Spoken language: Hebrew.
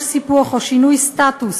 אין בהצעת החוק שלי כל סיפוח או שינוי סטטוס